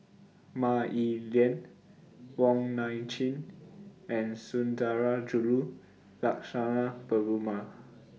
Mah Li Lian Wong Nai Chin and Sundarajulu Lakshmana Perumal